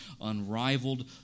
unrivaled